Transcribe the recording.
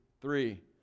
three